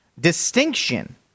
distinction